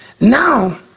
Now